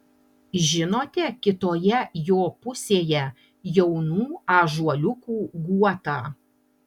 žinote kitoje jo pusėje jaunų ąžuoliukų guotą